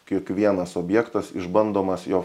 kiekvienas objektas išbandomas jo